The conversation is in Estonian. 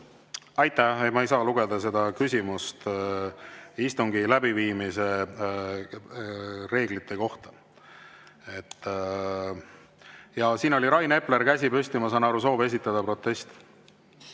Aitäh! Ma ei saa lugeda seda küsimuseks istungi läbiviimise reeglite kohta. Siin oli Rain Epleril käsi püsti. Ma saan aru, et on soov esitada protest.